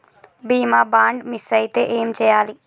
బీమా bond miss అయితే ఏం చేయాలి?